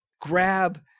grab